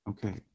Okay